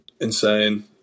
insane